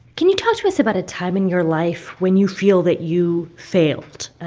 can you talk to us about a time in your life when you feel that you failed?